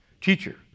teacher